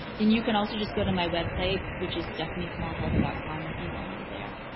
and you can also just go to my website which is stephaniesmallhealth dot com and email me there.